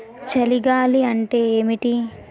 చలి గాలి అంటే ఏమిటి?